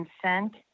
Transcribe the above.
consent